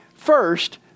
First